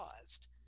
caused